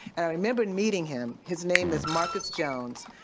and i remember meeting him. his name is marcus jones.